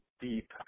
deep